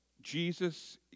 Jesus